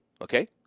okay